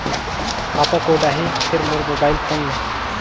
खाता कोड आही या फिर मोर मोबाइल फोन मे?